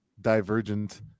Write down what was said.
divergent